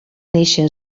néixer